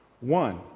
One